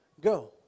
go